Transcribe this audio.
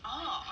oh